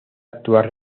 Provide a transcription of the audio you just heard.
actuar